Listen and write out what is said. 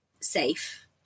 safe